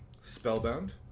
Spellbound